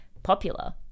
popular